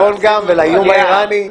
ולצפון גם, ולאיום האירני?